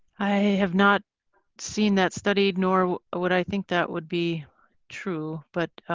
i have not seen that studied nor would i think that would be true but.